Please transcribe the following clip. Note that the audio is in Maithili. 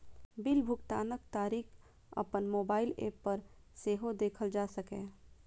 बिल भुगतानक तारीख अपन मोबाइल एप पर सेहो देखल जा सकैए